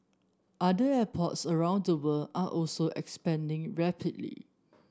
other airports around the world are also expanding rapidly